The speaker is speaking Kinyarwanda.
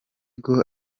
ngo